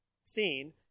seen